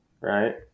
right